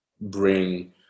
bring